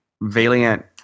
Valiant